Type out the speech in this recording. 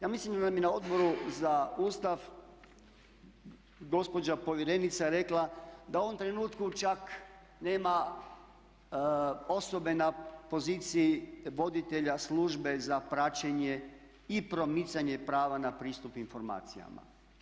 Ja mislim da nam je na Odboru za Ustav gospođa povjerenica rekla da u ovom trenutku čak nema osobe na poziciji voditelja službe za praćenje i promicanje prava na pristup informacijama.